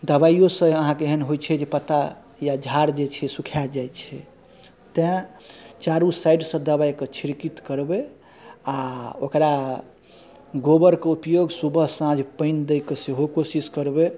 दबाइओ सब अहाँके एहन होइ छै जे पत्ता या झाड़ जे छै सुखाए जाइ छै तेँ चारू साइडसँ दबाइके छिड़कैत करबै आओर ओकरा गोबरके उपयोग सुबह साँझ पानि दैके सेहो कोशिश करबै